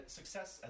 success